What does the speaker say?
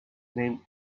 name